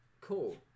Cool